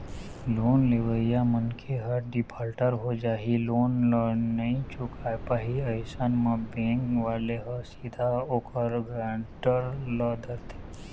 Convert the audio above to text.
loan लेवइया मनखे ह डिफाल्टर हो जाही लोन ल नइ चुकाय पाही अइसन म बेंक वाले ह सीधा ओखर गारेंटर ल धरथे